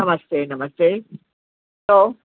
नमस्ते नमस्ते चओ